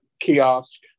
kiosk